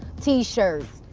t-shirts,